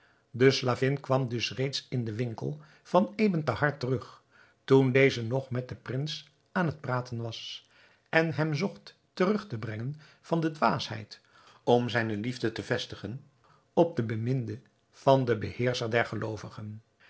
de slavin kwam dus reeds in den winkel van ebn thahar terug toen deze nog met den prins aan het praten was en hem zocht terug te brengen van de dwaasheid om zijne liefde te vestigen op de beminde van den beheerscher der geloovigen